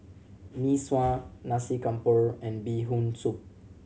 Mee Sua Nasi Campur and Bee Hoon Soup